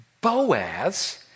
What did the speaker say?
Boaz